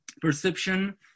perception